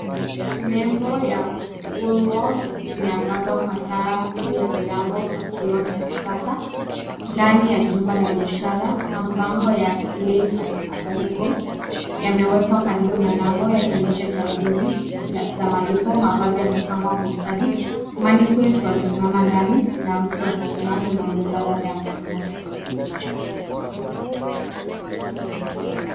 Nebo ya WOOLWORTHS imeangazwa kwa taa juu ya mlango kwa kioo cha kisasa. Ndani ya jumba la biashara, mabango ya LAY-BY AVAILABLE, yamewekwa karibu na lango, yakionyesha changuzi za malipo. Mavazi yamepangwa kwa ustadi. Maniquins wamesimama ndani, na mti wa krismasi unaongeza ladha ya msimu wa sikukuu.